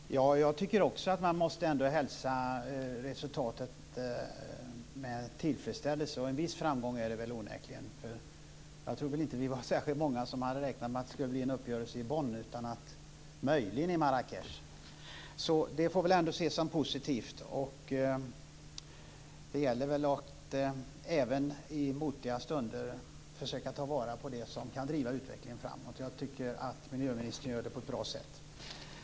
Herr talman! Jag tycker också att man måste hälsa resultatet med tillfredsställelse, och en viss framgång är det väl onekligen. Jag tror inte att det var särskilt många som hade räknat med att det skulle bli en uppgörelse i Bonn - möjligen i Marrakech. Så det får väl ändå ses som positivt. Det gäller väl att även i motiga stunder försöka ta vara på det som kan driva utvecklingen framåt. Jag tycker att miljöministern gör det på ett bra sätt.